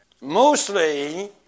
Mostly